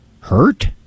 hurt